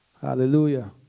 Hallelujah